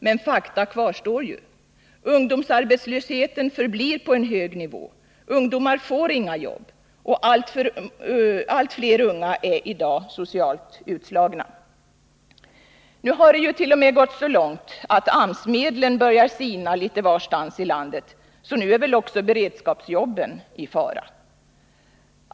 Men fakta kvarstår ju — ungdomsarbetslösheten förblir på en hög nivå, ungdomar får inga jobb och allt fler unga är i dag socialt utslagna. Nu har det jut.o.m. gått så långt att AMS-medlen börjar sina litet varstans i landet, så nu är väl också beredskapsjobben i fara.